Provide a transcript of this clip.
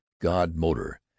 god-motor